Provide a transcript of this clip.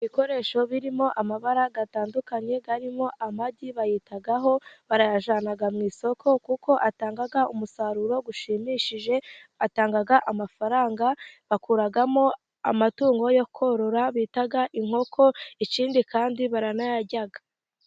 Ibikoresho birimo amabara atandukanye arimo amagi bayitaho barayajyana mu isoko kuko atanga umusaruro ushimishije, atanga amafaranga, bakuramo amatungo yo korora bita inkoko, ikindi kandi baranayarya.